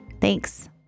Thanks